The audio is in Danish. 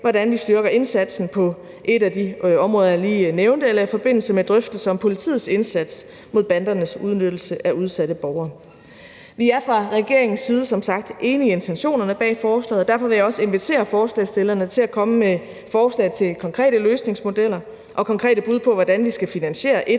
hvordan vi styrker indsatsen på et af de områder, jeg lige nævnte, eller i forbindelse med drøftelser om politiets indsats mod bandernes udnyttelse af udsatte borgere. Vi er fra regeringens side som sagt enige i intentionerne bag forslaget, og derfor vil jeg også invitere forslagsstillerne til at komme med forslag til konkrete løsningsmodeller og konkrete bud på, hvordan vi skal finansiere et